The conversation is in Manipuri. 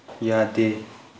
ꯌꯥꯗꯦ